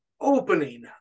opening